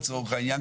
לצורך העניין,